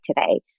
today